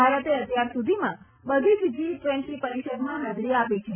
ભારતે અત્યાર સુધીમાં બધી જ જી ટવેન્ટી પરીષદમાં હાજરી આપી છે